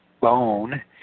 bone